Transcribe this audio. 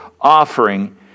offering